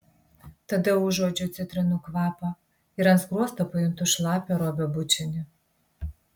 tada užuodžiu citrinų kvapą ir ant skruosto pajuntu šlapią robio bučinį